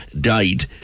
died